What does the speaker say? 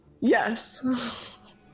Yes